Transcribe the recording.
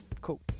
cool